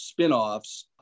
spinoffs